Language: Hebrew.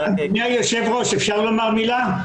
אדוני היושב-ראש, אפשר לומר מילה?